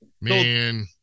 Man